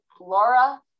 Laura